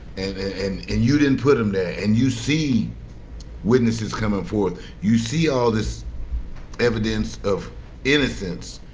and and you didn't put him there and you see witnesses coming forth you see all this evidence of innocence.